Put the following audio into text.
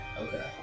okay